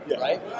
Right